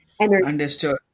Understood